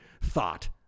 thought